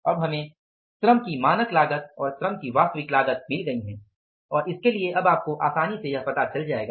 अब हमें श्रम की मानक लागत और श्रम की वास्तविक लागत मिल गई है और इसके लिए अब आपको आसानी से यह पता चल जाएगा